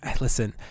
listen